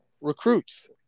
recruits